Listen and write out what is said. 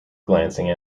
glancing